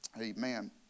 Amen